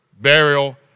burial